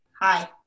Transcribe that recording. Hi